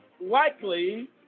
likely